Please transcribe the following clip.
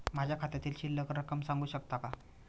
माझ्या खात्यातील शिल्लक रक्कम सांगू शकता का?